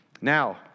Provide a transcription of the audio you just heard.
Now